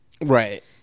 Right